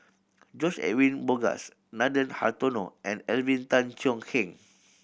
George Edwin Bogaars Nathan Hartono and Alvin Tan Cheong Kheng